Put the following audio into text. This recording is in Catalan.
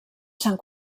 sant